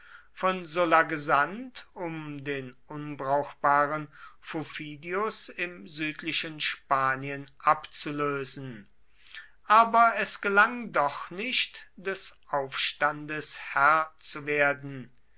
von sulla gesandt um den unbrauchbaren fufidius im südlichen spanien abzulösen aber es gelang doch nicht des aufstandes herr zu werden